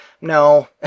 no